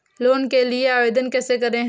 Loan के लिए आवेदन कैसे करें?